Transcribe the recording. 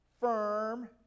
firm